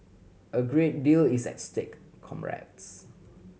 a great deal is at stake comrades